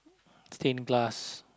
stained glass